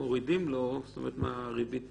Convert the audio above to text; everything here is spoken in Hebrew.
מריבית פיגורים,